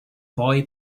boy